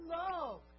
love